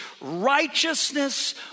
righteousness